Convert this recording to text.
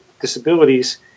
disabilities